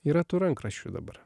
yra tų rankraščių dabar